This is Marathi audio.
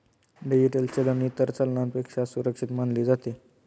डिजिटल चलन इतर चलनापेक्षा सुरक्षित मानले जाते